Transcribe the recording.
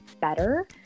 better